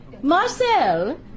Marcel